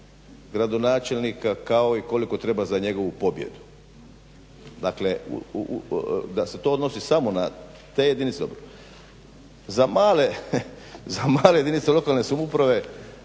gradonačelnika, kao i koliko treba za njegovu pobjedu. Dakle da se to odnosi samo na te jedinice, za male jedinice lokalne samouprave,